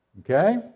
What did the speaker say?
Okay